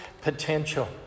potential